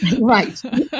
Right